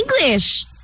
English